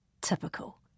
Typical